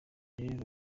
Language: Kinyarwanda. rero